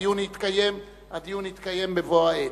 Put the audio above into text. הדיון יתקיים בבוא העת.